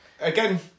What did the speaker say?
Again